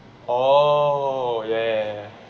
oh ya ya ya